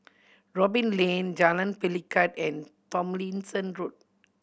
Robin Lane Jalan Pelikat and Tomlinson Road